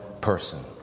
person